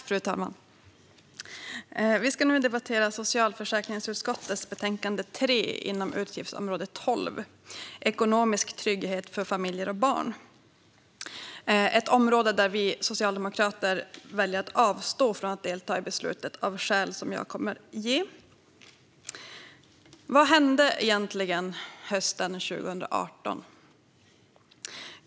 Fru talman! Vi ska nu debattera socialförsäkringsutskottets betänkande SfU3 om utgiftsområde 12 Ekonomisk trygghet för familjer och barn. Det är ett område där vi socialdemokrater väljer att avstå från att delta i beslutet, av skäl jag kommer att ge. Vad hände egentligen hösten 2018?